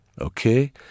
Okay